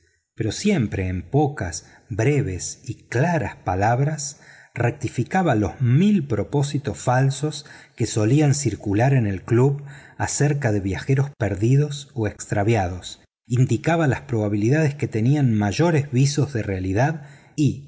pero siempre en pocas breves y claras palabras rectificaba los mil propósitos falsos que solían circular en el club acerca de viajeros perdidos o extraviados indicaba las probabilidades que tenían mayores visos de realidad y